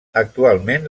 actualment